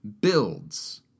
builds